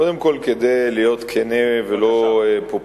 קודם כול, כדי להיות כן ולא פופוליסט,